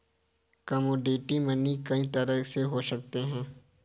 commodity money कई तरह के हो सकते हैं